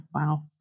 Wow